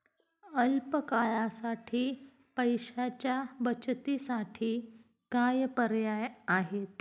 अल्प काळासाठी पैशाच्या बचतीसाठी काय पर्याय आहेत?